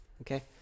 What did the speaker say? Okay